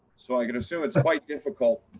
so i could assume it's quite difficult,